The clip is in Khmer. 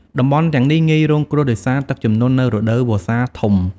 តំបន់ទាំងនេះងាយរងគ្រោះដោយសារទឹកជំនន់នៅរដូវវស្សាធំ ។